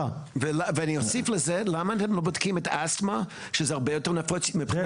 ואני אוסיף לזה למה אתם לא בודקים את האסתמה שזה הרבה יותר נפוץ מבחינה